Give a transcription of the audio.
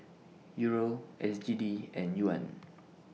Euro S G D and Yuan